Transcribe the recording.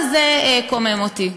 אבל לא רק זה קומם אותי.